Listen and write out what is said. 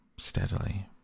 Steadily